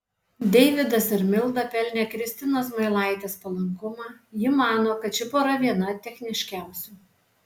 deividas ir milda pelnė kristinos zmailaitės palankumą ji mano kad ši pora viena techniškiausių